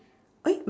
ya